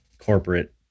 corporate